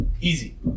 Easy